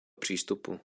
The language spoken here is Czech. přístupu